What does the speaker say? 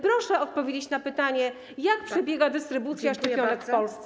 Proszę odpowiedzieć na pytanie: Jak przebiega dystrybucja szczepionek w Polsce?